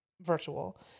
virtual